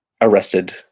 arrested